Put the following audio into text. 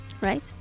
Right